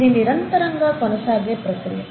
ఇది నిరంతరంగా కొనసాగే ప్రక్రియ